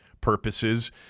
purposes